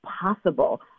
possible